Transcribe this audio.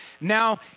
Now